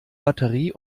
batterie